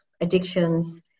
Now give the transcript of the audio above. addictions